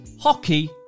Hockey